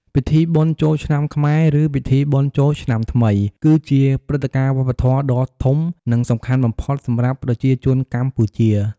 ពិធីបុណ្យចូលឆ្នាំខ្មែរ ឬ បុណ្យចូលឆ្នំាថ្មី គឺជាព្រឹត្តិការណ៍វប្បធម៌ដ៏ធំ និងសំខាន់បំផុតសម្រាប់ប្រជាជនកម្ពុជា។